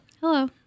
Hello